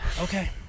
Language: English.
okay